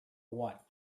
what